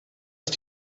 ist